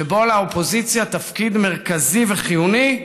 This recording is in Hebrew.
שבו לאופוזיציה תפקיד מרכזי וחיוני,